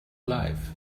life